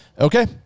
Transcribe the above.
Okay